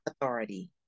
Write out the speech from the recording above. Authority